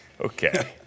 Okay